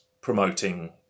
promoting